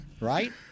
right